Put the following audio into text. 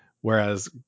Whereas